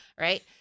right